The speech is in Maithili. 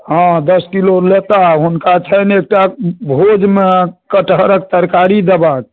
हँ दश किलो लेता हुनका छनि एकटा भोजमे कटहरक तरकारी देबाक